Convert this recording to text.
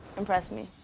impress me.